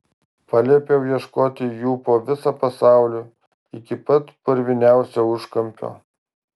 paliepiau ieškoti jų po visą pasaulį iki pat purviniausio užkampio